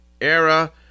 era